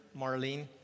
Marlene